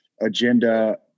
agenda